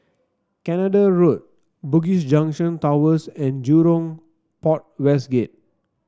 Canada Road Bugis Junction Towers and Jurong Port West Gate